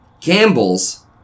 Campbell's